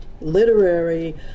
literary